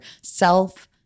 self-